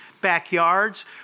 backyards